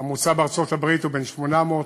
הממוצע בארצות-הברית הוא בין 800,